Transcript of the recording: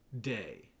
day